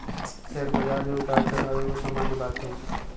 share बजार में उतार चढ़ाओ एगो सामान्य बात हइ